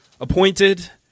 Appointed